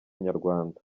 inyarwanda